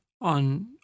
on